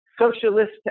Socialist